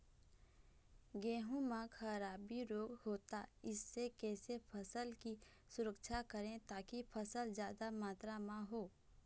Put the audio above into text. गेहूं म खराबी रोग होता इससे कैसे फसल की सुरक्षा करें ताकि फसल जादा मात्रा म हो?